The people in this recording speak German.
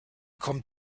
kommt